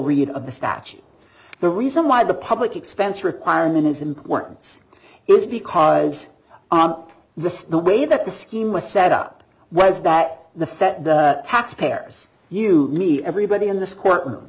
statute the reason why the public expense requirement is importance is because on the way that the scheme was set up was that the fed the taxpayers you me everybody in this courtroom